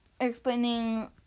explaining